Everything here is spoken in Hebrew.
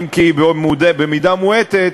אם כי במידה מועטה,